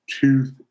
tooth